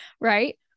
Right